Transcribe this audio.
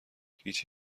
هیچ